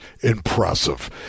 impressive